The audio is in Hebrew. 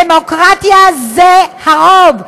דמוקרטיה זה הרוב.